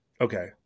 okay